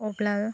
अब्ला